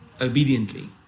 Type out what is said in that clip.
obediently